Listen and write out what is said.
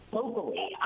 locally